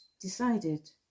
decided